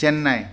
Chennai